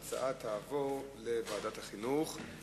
אני קובע שההצעה תועבר לוועדת החינוך.